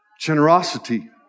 generosity